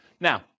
Now